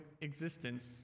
existence